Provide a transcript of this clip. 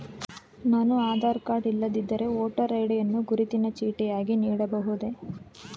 ನಾನು ಆಧಾರ ಕಾರ್ಡ್ ಇಲ್ಲದಿದ್ದರೆ voter ID ಯನ್ನು ಗುರುತಿನ ಚೀಟಿಯಾಗಿ ನೀಡಬಹುದೇ?